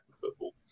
football